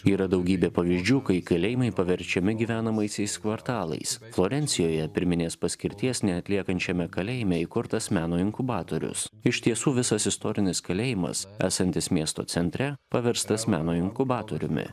yra daugybė pavyzdžių kai kalėjimai paverčiami gyvenamaisiais kvartalais florencijoje pirminės paskirties neatliekančiame kalėjime įkurtas meno inkubatorius iš tiesų visas istorinis kalėjimas esantis miesto centre paverstas meno inkubatoriumi